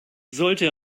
sollte